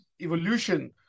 evolution